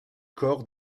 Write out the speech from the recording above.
corps